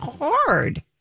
hard